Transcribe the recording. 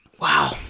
Wow